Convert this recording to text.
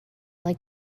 like